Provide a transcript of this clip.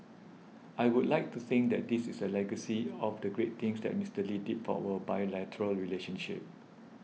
I would like to think that this is a legacy of the great things that Mister Lee did for our bilateral relationship